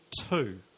two